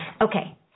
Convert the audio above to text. Okay